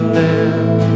live